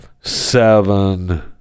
seven